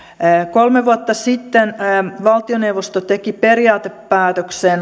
kolme vuotta sitten valtioneuvosto teki periaatepäätöksen